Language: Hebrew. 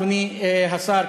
אדוני השר,